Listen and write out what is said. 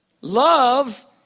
Love